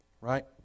Right